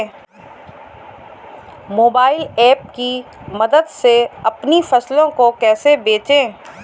Mobile app की मदद से अपनी फसलों को कैसे बेचें?